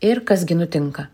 ir kas gi nutinka